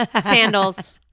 sandals